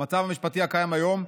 במצב המשפטי הקיים היום,